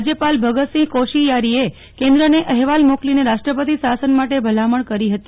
રાજ્યપાલ ભગતસિંહ કોશિયારીએ કેન્દ્રને અહેવાલ મોકલીને રાષ્ટ્રપતિ શાસન માટે ભલામણ કરી હતી